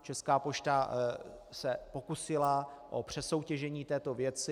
Česká pošta se pokusila o přesoutěžení této věci.